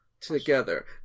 Together